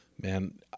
Man